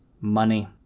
Money